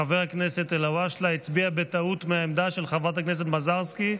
חבר הכנסת אלהואשלה הצביע בטעות מהעמדה של חברת הכנסת מזרסקי,